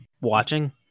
watching